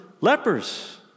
lepers